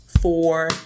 four